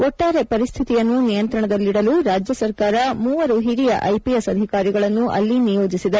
ಒಟ್ಡಾರೆ ಪರಿಸ್ಥಿತಿಯನ್ನು ನಿಯಂತ್ರಣದಲ್ಲಿಡಲು ರಾಜ್ಯ ಸರ್ಕಾರ ಮೂವರು ಹಿರಿಯ ಐಪಿಎಸ್ ಅಧಿಕಾರಿಗಳನ್ನು ಅಲ್ಲಿ ನಿಯೋಜಿಸಿದೆ